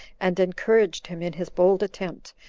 and encouraged him in his bold attempt,